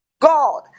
god